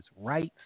rights